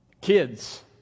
Kids